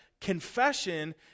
Confession